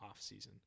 offseason